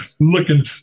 Looking